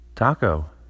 Taco